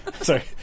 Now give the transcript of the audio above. Sorry